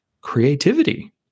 creativity